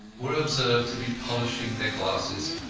were observed to be polishing their glasses.